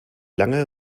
lange